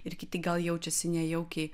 ir kiti gal jaučiasi nejaukiai